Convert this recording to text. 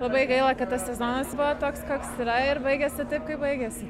labai gaila kad tas sezonas buvo toks koks yra ir baigėsi taip kaip baigėsi